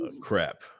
crap